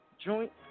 Joint